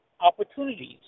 opportunities